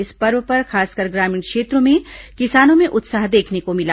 इस पर्व पर खासकर ग्रामीण क्षेत्रों में किसानों में उत्साह देखने को मिला